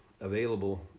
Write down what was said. available